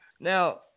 Now